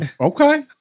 Okay